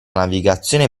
navigazione